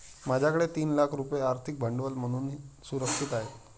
माझ्याकडे तीन लाख रुपये आर्थिक भांडवल म्हणून सुरक्षित आहेत